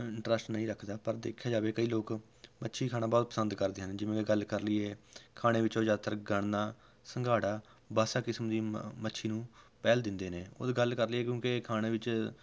interest ਨਹੀਂ ਰੱਖਦਾ ਪਰ ਦੇਖਿਆ ਜਾਵੇ ਕਈ ਲੋਕ ਮੱਛੀ ਖਾਣਾ ਬਹੁਤ ਪਸੰਦ ਕਰਦੇ ਹਨ ਜਿਵੇਂ ਕਿ ਗੱਲ ਕਰ ਲਈਏ ਖਾਣੇ ਵਿੱਚ ਜ਼ਿਆਦਾਤਰ ਗਾਨਾ ਸੰਘਾੜਾ ਵਾਸਾ ਕਿਸਮ ਦੀ ਮ ਮੱਛੀ ਨੂੰ ਪਹਿਲ ਦਿੰਦੇ ਨੇ ਉਹ ਗੱਲ ਕਰ ਲਈਏ ਕਿਉਂਕਿ ਖਾਣੇ ਵਿੱਚ